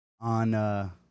on